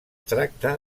tracta